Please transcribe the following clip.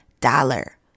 dollar